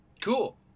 Cool